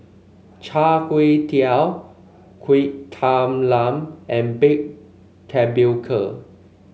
Char Kway Teow Kuih Talam and Baked Tapioca